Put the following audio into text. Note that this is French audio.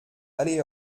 allez